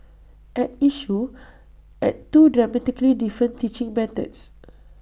at issue are two dramatically different teaching methods